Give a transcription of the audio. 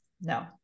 no